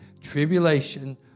Tribulation